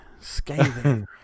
Scathing